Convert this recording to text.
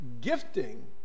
gifting